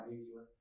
easily